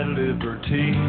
liberty